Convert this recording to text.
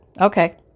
Okay